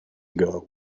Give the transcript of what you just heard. ago